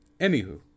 Anywho